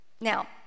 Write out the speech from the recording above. now